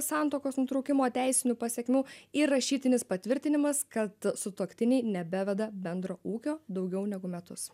santuokos nutraukimo teisinių pasekmių ir rašytinis patvirtinimas kad sutuoktiniai nebeveda bendro ūkio daugiau negu metus